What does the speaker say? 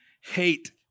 hate